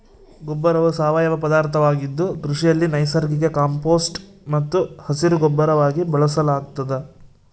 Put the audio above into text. ಗೊಬ್ಬರವು ಸಾವಯವ ಪದಾರ್ಥವಾಗಿದ್ದು ಕೃಷಿಯಲ್ಲಿ ನೈಸರ್ಗಿಕ ಕಾಂಪೋಸ್ಟ್ ಮತ್ತು ಹಸಿರುಗೊಬ್ಬರವಾಗಿ ಬಳಸಲಾಗ್ತದ